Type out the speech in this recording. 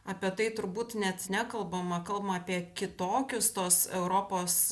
apie tai turbūt net nekalbama kalbama apie kitokius tos europos